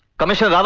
commissioner um